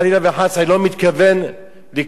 אני לא מתכוון לקרוא לו את השם,